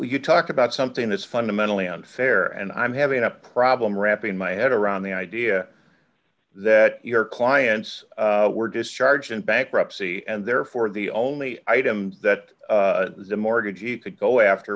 could talk about something that's fundamentally unfair and i'm having a problem wrapping my head around the idea that your clients were discharged in bankruptcy and therefore the only item that the mortgage you could go after